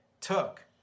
took